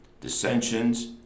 dissensions